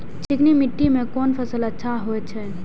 चिकनी माटी में कोन फसल अच्छा होय छे?